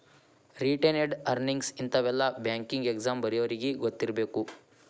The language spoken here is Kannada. ರಿಟೇನೆಡ್ ಅರ್ನಿಂಗ್ಸ್ ಇಂತಾವೆಲ್ಲ ಬ್ಯಾಂಕಿಂಗ್ ಎಕ್ಸಾಮ್ ಬರ್ಯೋರಿಗಿ ಗೊತ್ತಿರ್ಬೇಕು